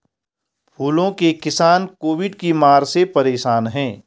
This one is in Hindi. फूलों के किसान कोविड की मार से परेशान है